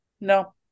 no